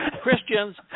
Christians